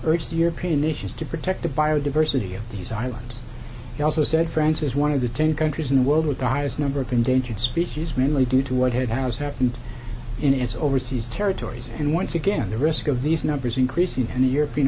urged european nations to protect the biodiversity of these islands he also said france is one of the ten countries in the world with the highest number of endangered species mainly due to what has happened in its overseas territories and once again the risk of these numbers increasing and the european